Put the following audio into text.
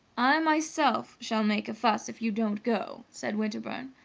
i myself shall make a fuss if you don't go, said winterbourne.